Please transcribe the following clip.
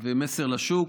ומסר לשוק.